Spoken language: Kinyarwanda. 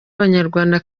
abanyarwanda